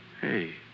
Hey